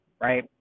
right